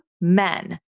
men